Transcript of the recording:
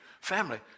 family